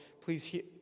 please